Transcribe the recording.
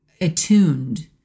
attuned